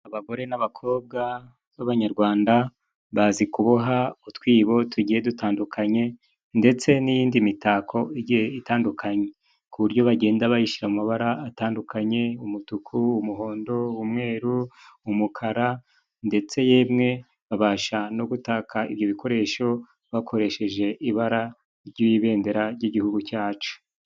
Abagore n'abakobwa b'Abanyarwanda bazi kuboha utwibo tugiye dutandukanye ndetse n'iyinindi mitako itandukanye. Ku buryo bagenda bayishyira mu mabara atandukanye. Umutuku, umuhondo, umweru, umukara ndetse yemwe babasha no gutaka ibyo bikoresho bakoresheje ibara ry'ibendera ry'igihugu cyacu.